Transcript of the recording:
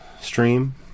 stream